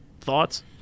Thoughts